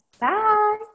Bye